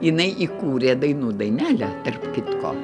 jinai įkūrė dainų dainelę tarp kitko